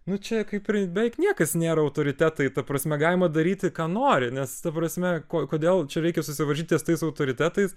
ne čia kaipį ir beveik niekas nėra autoritetai ta prasme galima daryti ką nori nes ta prasme ko kodėl čia reikia susivaržyt ties tais autoritetais